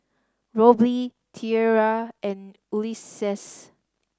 Robley Tiera and Ulises